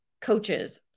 coaches